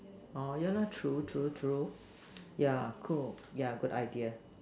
oh ya lah true true true ya cool ya good idea